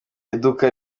iduka